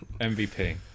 MVP